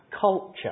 culture